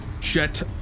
jet